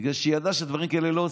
בגלל שהיא ידעה שדברים כאלה לא עושים.